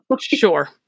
Sure